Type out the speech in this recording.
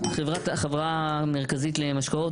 החברה המרכזית למשקאות,